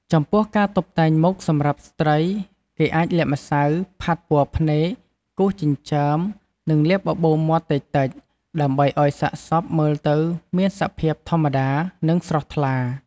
ចំពោះការតុបតែងមុខសម្រាប់ស្ត្រីគេអាចលាបម្សៅ ផាត់ពណ៌ភ្នែក គូសចិញ្ចើម និងលាបបបូរមាត់តិចៗ ដើម្បីឱ្យសាកសពមើលទៅមានសភាពធម្មតា និងស្រស់ថ្លា។